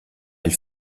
elle